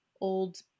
old